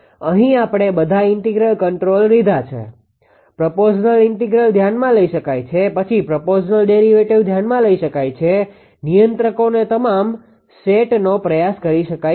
અહીં આપણે બધા ઇન્ટિગ્રલ કંટ્રોલર લીધા છે પ્રપોર્સનલ ઇન્ટિગ્રલ ધ્યાનમાં લઇ શકાય છે પછી પ્રપોર્સનલ ડેરીવેટીવ ધ્યાનમાં લઈ શકાય છે નિયંત્રકોના તમામ સેટનો પ્રયાસ કરી શકાય છે